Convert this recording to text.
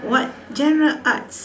what genre arts